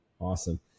Awesome